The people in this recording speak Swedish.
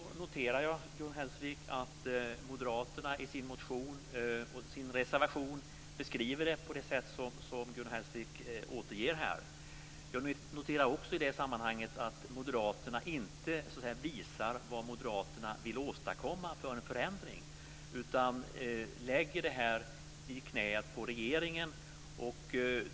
Fru talman! Jag noterar, Gun Hellsvik, att moderaterna i sin motion och reservation beskriver det på det sätt som Gun Hellsvik här återger. Jag noterar också i det sammanhanget att moderaterna inte visar vad moderaterna vill åstadkomma för förändring, utan lägger det här i knät på regeringen.